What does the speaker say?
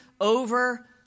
over